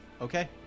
Okay